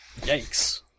Yikes